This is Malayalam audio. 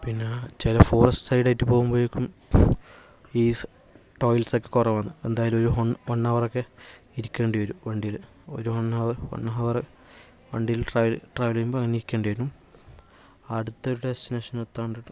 പിന്നെ ചില ഫോറസ്റ്റ് സൈഡ് ആയിട്ട് പോകുമ്പോഴേക്കും ഈ ടോയിലറ്റ്സൊക്കെ കുറവാണ് എന്തായാലും ഒരു വൺ വൺ അവറൊക്കെ ഇരിക്കേണ്ടിവരും വണ്ടിയില് ഒരു വൺ അവർ വൺ ഹവറ് വണ്ടിയിൽ ട്രാവൽ ട്രാവല് ചെയ്യുമ്പോൾ അങ്ങനെയിരിക്കേണ്ടിവരും അടുത്ത ഒരു ഡെസ്റ്റിനേഷൻ എത്താൻ വേണ്ടിയിട്ട്